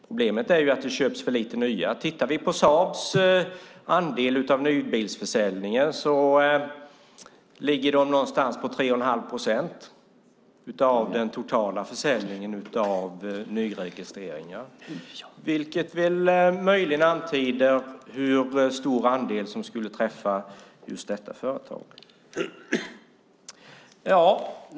Problemet är att det köps för lite nya bilar. Tittar vi på Saabs andel av nybilsförsäljningen ser vi att den ligger någonstans på 3 1⁄2 procent av den totala försäljningen av nya bilar. Det antyder möjligen hur stor andel som skulle träffa just detta företag.